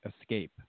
escape